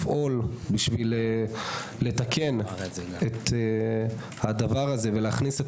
לפעול כדי לתקן את זה ולהכניס את